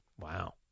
Wow